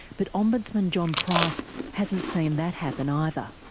but ombudsman john price hasn't seen that happen either.